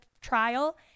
trial